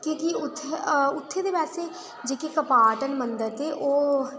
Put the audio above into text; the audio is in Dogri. ते कि'यां कि उत्थै ते बैसे जेह्के कपाट न मंदर दे ओह्